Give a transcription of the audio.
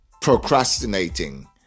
procrastinating